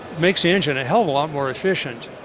makes the engine a hell of a lot more efficient.